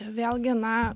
vėlgi na